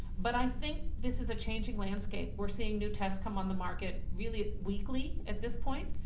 but i think this is a changing landscape, we're seeing new tests come on the market really weekly, at this point,